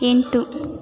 ಎಂಟು